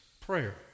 Prayer